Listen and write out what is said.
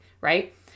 right